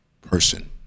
person